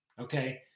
Okay